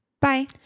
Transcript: Bye